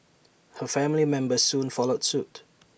her family members soon followed suit